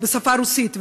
בשפה הרוסית,